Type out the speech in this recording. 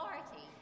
authority